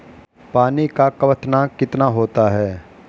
पानी का क्वथनांक कितना होता है?